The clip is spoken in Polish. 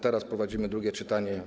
Teraz prowadzimy drugie czytanie.